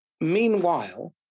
Meanwhile